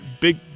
Big